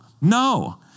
No